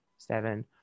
Seven